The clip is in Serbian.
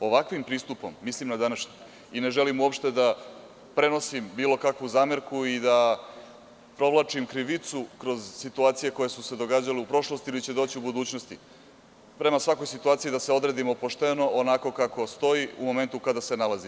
Ovakvim pristupom, mislim na današnji, i ne želim uopšte da prenosim bilo kakvu zamerku i da provlačim krivicu kroz situacije koje su se događale u prošlosti ili će doći u budućnosti, prema svakoj situaciji treba da se odredimo pošteno, onako kako stoji u momentu kada se nalazi.